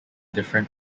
different